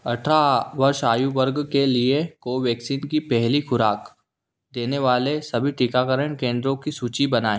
अठारह वर्ष आयु वर्ग के लिए कोवैक्सीन की पहली ख़ुराक़ देने वाले सभी टीकाकरण केंद्रों की सूचि बनाएँ